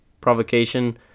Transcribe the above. provocation